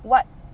what